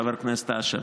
חבר הכנסת אשר,